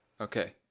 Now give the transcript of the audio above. Okay